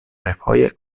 refoje